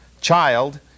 child